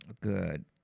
Good